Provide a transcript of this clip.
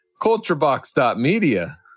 culturebox.media